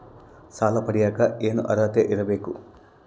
ಸಾಲ ಪಡಿಯಕ ಏನು ಅರ್ಹತೆ ಇರಬೇಕು?